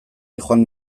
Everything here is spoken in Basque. zihoan